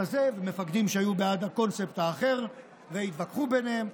הזה ומפקדים שהיו בעד הקונספט האחר והתווכחו ביניהם.